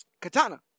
Katana